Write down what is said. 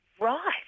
Right